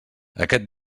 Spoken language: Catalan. aquest